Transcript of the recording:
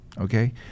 Okay